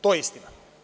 To je istina.